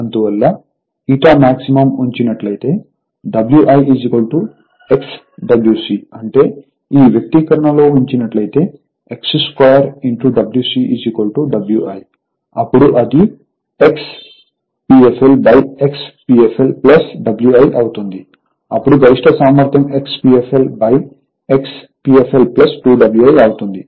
అందువల్ల ηmax ఉంచినట్లయితే Wi X Wc అంటేఈ వ్యక్తీకరణలో ఉంచినట్లయితే X2 Wc Wi అప్పుడు అది x Pfl x Pfl Wi అవుతుంది అప్పుడు గరిష్ట సామర్థ్యం x P fl x P fl 2 Wi అవుతుంది